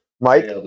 Mike